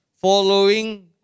following